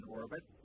orbit